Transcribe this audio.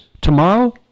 Tomorrow